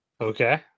Okay